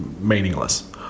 meaningless